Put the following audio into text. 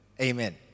Amen